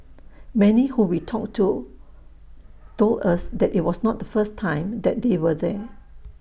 many who we talked to told us that IT was not the first time that they were there